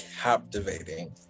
captivating